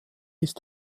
ist